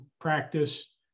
practice